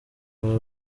aba